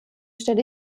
stelle